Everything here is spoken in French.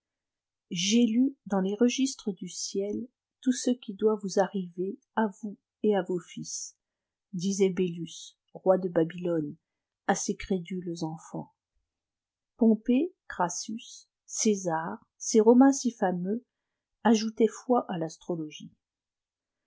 j'ai lu dans les registres du ciel tout ce qui doit vous arriver à vous et à vos fils disait bélus roi de babylone à ses cré dutes enfants pompée crassûs cësar ces romains si fameux ajoutaient foi à l'astrologie